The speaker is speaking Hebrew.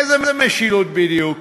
איזו משילות בדיוק?